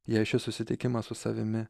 jei šis susitikimas su savimi